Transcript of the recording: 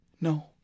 No